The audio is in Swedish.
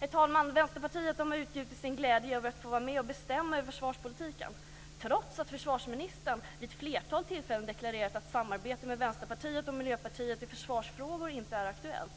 Herr talman! Vänsterpartiet har utgjutit sin glädje över att få vara med och bestämma över försvarspolitiken - trots att försvarsministern vid ett flertal tillfällen deklarerat att samarbete med Vänsterpartiet och Miljöpartiet i försvarsfrågor inte är aktuellt.